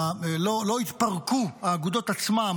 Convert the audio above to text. לא התפרקו האגודות עצמן.